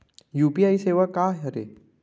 UPI सेवा का हरे?